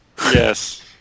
Yes